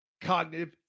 cognitive